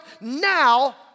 now